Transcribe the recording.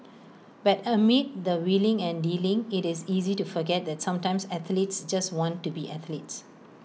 but amid the wheeling and dealing IT is easy to forget that sometimes athletes just want to be athletes